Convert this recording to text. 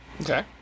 Okay